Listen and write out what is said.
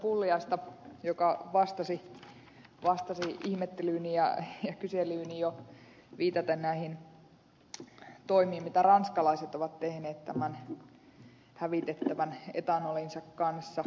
pulliaista joka vastasi ihmettelyyni ja kyselyyni jo viitaten näihin toimiin mitä ranskalaiset ovat tehneet tämän hävitettävän etanolinsa kanssa